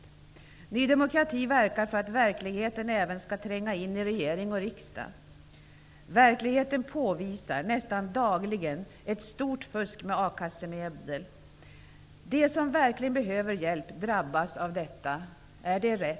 Ny demokrati verkar för att verkligheten skall tränga in i regering och riksdag. Verkligheten påvisar nästan dagligen ett stort fusk med a-kassemedel. De som verkligen behöver hjälp drabbas av detta. Är det rätt?